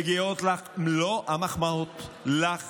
מגיעות לך מלוא המחמאות, לך